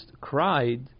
cried